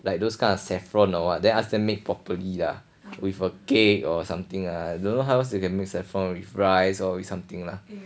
like those kind of saffron or what then ask them make properly lah with a cake or something ah don't how else they can make saffron with rice or something lah